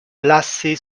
placée